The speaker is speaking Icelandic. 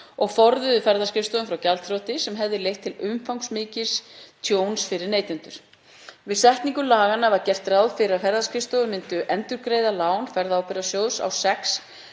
og forðuðu ferðaskrifstofum frá gjaldþroti sem leitt hefði til umfangsmikils tjóns fyrir neytendur. Við setningu laganna var gert ráð fyrir að ferðaskrifstofur myndu endurgreiða lán Ferðaábyrgðasjóðs á